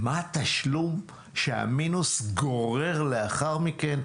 מה התשלום שהמינוס גורר לאחר מכן?